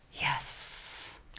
Yes